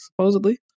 supposedly